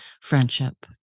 friendship